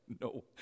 No